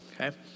okay